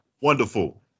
Wonderful